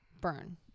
Burn